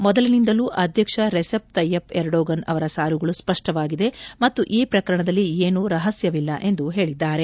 ಮೊದಲಿನಿಂದಲೂ ಅಧ್ಯಕ್ಷ Recep Tayyip Erdogan ಅವರ ಸಾಲುಗಳು ಸ್ಪಷ್ಷವಾಗಿದೆ ಮತ್ತು ಈ ಪ್ರಕರಣದಲ್ಲಿ ಏನೂ ರಪಸ್ಥವಿಲ್ಲ ಎಂದು ಹೇಳಿದ್ದಾರೆ